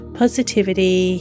positivity